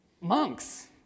monks